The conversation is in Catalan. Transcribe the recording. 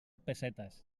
pessetes